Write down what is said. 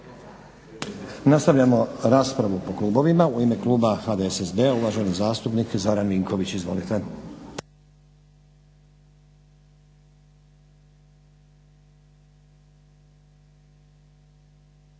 Nastavljamo raspravu po klubovima. U ime kluba HDSSB-a uvaženi zastupnik Zoran Vinković. Izvolite.